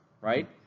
right